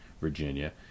Virginia